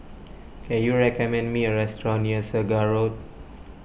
can you recommend me a restaurant near Segar Road